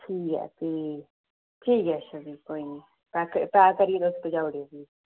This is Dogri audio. ठीक ऐ फ्ही ठीक ऐ अच्छा फ्ही कोई निं पैक करियै तुस पजाई ओड़ओ फ्ही